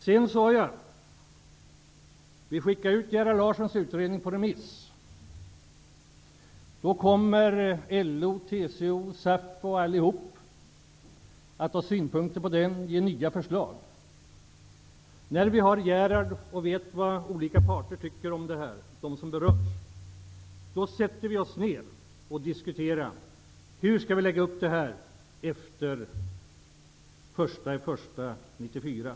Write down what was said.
Sedan sade jag att vi skall skicka ut Gerhard Larssons utredning på remiss. Då kommer LO, TCO, SAF m.fl. att ha synpunkter på den och komma med sina förslag. När vi har Gerhard Larssons förslag och vet vad olika parter som berörs tycker, kan vi till hösten sätta oss ned och diskutera hur vi skall lägga upp det här efter den 1 januari 1994.